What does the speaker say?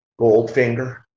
Goldfinger